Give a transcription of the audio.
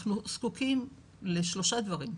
אנחנו זקוקים לשלושה דברים.